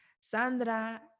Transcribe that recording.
Sandra